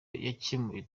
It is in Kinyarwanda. yakemuye